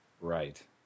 Right